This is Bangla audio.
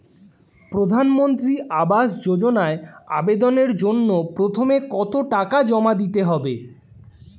প্রধানমন্ত্রী আবাস যোজনায় আবেদনের জন্য প্রথমে কত টাকা জমা দিতে হবে?